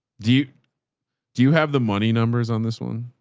do you, do you have the money numbers on this one?